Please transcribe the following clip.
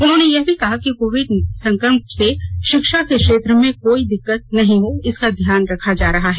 उन्होंने यह भी कहा कि कोविड संकट में षिक्षा के क्षेत्र में कोई दिक्कत नहीं हो इसका ध्यान रख रहे हैं